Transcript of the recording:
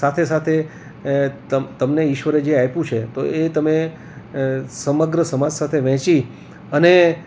સાથે સાથે તમને ઈશ્વરે જે આપ્યું છે તો એ તમે સમગ્ર સમાજ સાથે વહેંચી અને